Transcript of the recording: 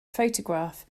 photograph